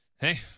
Hey